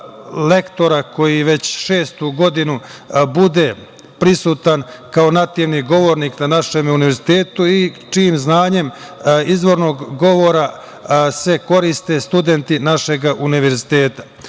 lektora koji već šestu godinu bude prisutan kao nativni govornik na našem Univerzitetu i čijim znanjem izvornog govora se koriste studenti našeg Univerziteta. Takođe